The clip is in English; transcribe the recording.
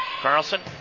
Carlson